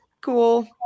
cool